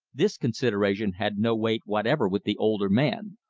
this consideration had no weight whatever with the older man,